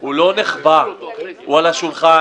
הוא לא נחבא, הוא על השולחן.